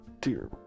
Dear